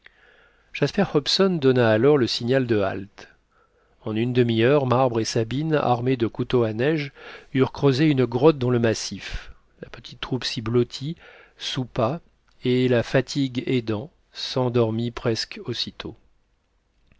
jasper hobson donna alors le signal de halte en une demi-heure marbre et sabine armés de couteaux à neige eurent creusé une grotte dans le massif la petite troupe s'y blottit soupa et la fatigue aidant s'endormit presque aussitôt